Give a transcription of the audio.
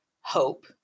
hope